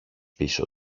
πίσω